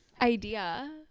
idea